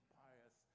pious